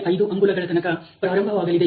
05 ಅಂಗುಲಗಳ ತನಕ ಪ್ರಾರಂಭವಾಗಲಿದೆ